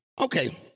Okay